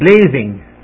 blazing